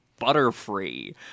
butterfree